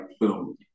boom